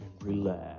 relax